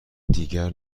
دیگر